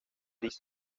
arica